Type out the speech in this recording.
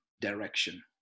direction